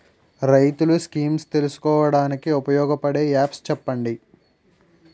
రైతులు స్కీమ్స్ తెలుసుకోవడానికి ఉపయోగపడే యాప్స్ చెప్పండి?